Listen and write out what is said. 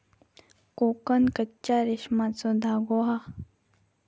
कोकन कच्च्या रेशमाचो धागो हा